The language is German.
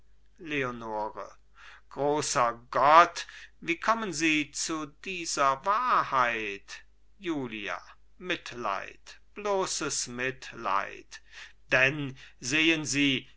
leonore großer gott wie kommen sie zu dieser wahrheit julia mitleid bloßes mitleid denn sehen sie